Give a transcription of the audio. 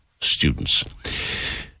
students